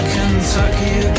Kentucky